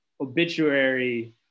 obituary